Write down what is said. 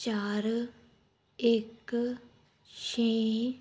ਚਾਰ ਇੱਕ ਛੇ